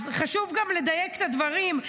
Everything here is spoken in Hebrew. אז חשוב גם לדייק את הדברים,